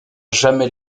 jamais